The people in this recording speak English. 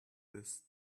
this